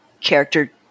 character